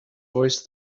voice